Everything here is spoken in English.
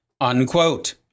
Unquote